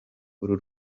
uru